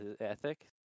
ethic